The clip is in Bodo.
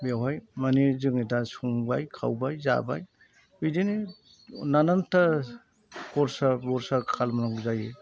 बेवहाय माने जों दा संबाय खावबाय जाबाय बिदिनो नानानथा खरसा बरसा खालामनांगौ जायो